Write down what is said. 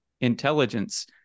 intelligence